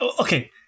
Okay